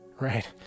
right